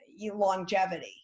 longevity